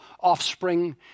offspring